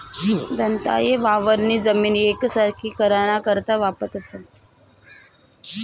दंताये वावरनी जमीन येकसारखी कराना करता वापरतंस